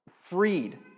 freed